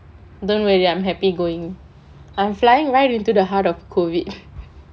don't really I'm happy going I am flying right into the heart of COVID